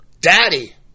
Daddy